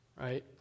Right